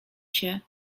się